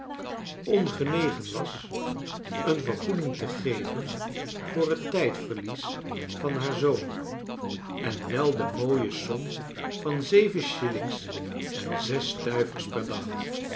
ongenegen was een vergoeding te geven voor het tijdverlies van haar zoon en wel de mooie som van zeven shillings en zes stuivers per dag